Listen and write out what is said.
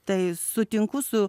tai sutinku su